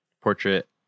portrait